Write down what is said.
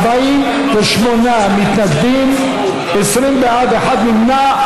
48 מתנגדים, 20 בעד, אחד נמנע.